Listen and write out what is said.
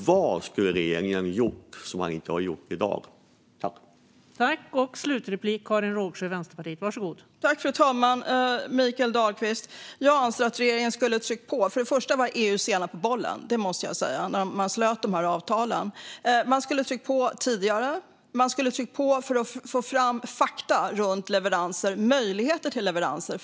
Vad skulle regeringen ha gjort som den inte har gjort i dag, Karin Rågsjö?